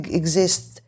exist